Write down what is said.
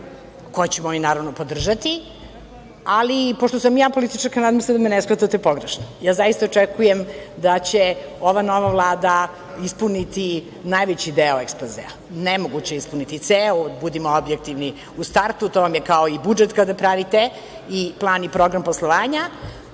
koje ćemo naravno i podržati. Ali, pošto sam ja političarka, nadam se da me ne shvatate pogrešno. Zaista očekujem da će ova nova Vlada ispuniti najveći deo ekspozea, nemoguće je ispuniti ceo, budimo objektivni u startu, to vam je kao i budžet kada pravite i plan i program poslovanja,